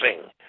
sing